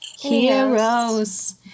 Heroes